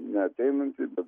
ne ateinantį bet